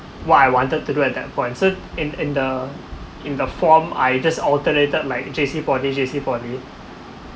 what I wanted to do at that point so in in the in the form I just alternated like J_C poly J_C poly